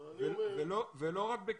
אבל אני רק אומר,